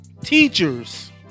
Teachers